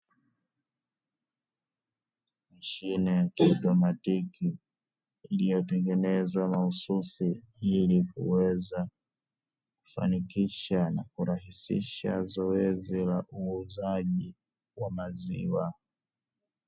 Mashine ya kiautomatiki iliyotengenezwa mahususi ili kuweza kufanikisha na kurahisisha zoezi la uuzaji wa maziwa.